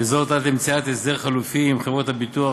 וזאת עד למציאת הסדר חלופי עם חברות הביטוח,